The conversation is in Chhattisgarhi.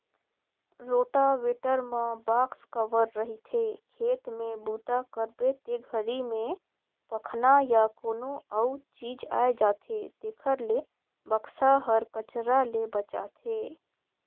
रोटावेटर म बाक्स कवर रहिथे, खेत में बूता करबे ते घरी में पखना या कोनो अउ चीज आये जाथे तेखर ले बक्सा हर कचरा ले बचाथे